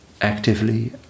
actively